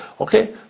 Okay